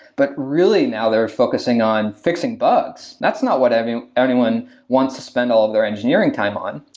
but, really, now they're focusing on fixing bugs. that's not whatever everyone wants to spend all of their engineering time on.